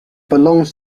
belongs